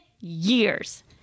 years